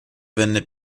venne